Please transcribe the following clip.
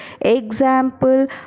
Example